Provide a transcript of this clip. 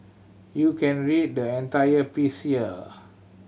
you can read the entire piece here